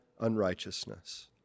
unrighteousness